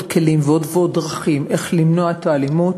כלים ועוד ועוד דרכים למנוע את האלימות.